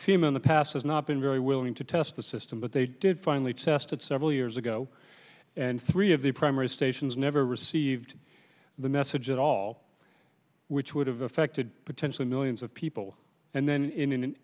fim in the past has not been very willing to test the system but they did finally tested several years ago and three of the primary stations never received the message at all which would have affected potentially millions of people and then in